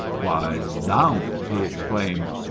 why, zounds! he exclaimed,